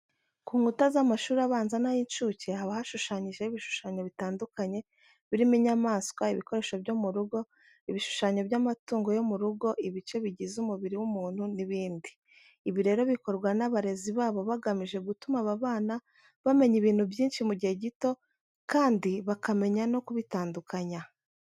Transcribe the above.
Ku nkuta z'amashuri abanza n'ay'incuke haba hashushanyijeho ibishushanyo bitandukanye birimo inyamaswa, ibikoresho byo mu rugo, ibishushanyo by'amatungo yo mu rugo, ibice bigize umubiri w'umuntu n'ibindi. Ibi rero bikorwa n'abarezi babo bagamije gutuma aba bana bamenya ibintu byinshi mu gihe gito kandi bakamenya no kubitandukanya.